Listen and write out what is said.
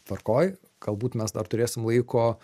tvarkoj galbūt mes dar turėsim laiko